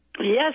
Yes